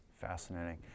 Fascinating